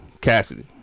Cassidy